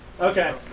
Okay